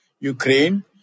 Ukraine